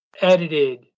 edited